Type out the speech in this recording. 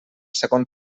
segon